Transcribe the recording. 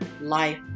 life